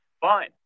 fine